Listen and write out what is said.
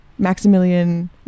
maximilian